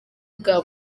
bwa